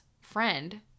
friend